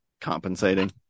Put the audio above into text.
compensating